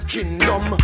Kingdom